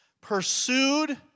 Pursued